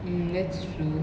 mm that's true